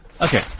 Okay